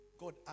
God